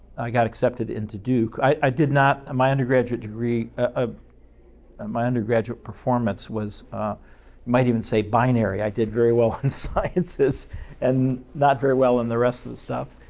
i got accepted in to duke. i did not my undergraduate degree, ah my undergraduate performance was, you might even say, binary. i did very well in sciences and not very well in the rest of the stuff.